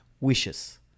wishes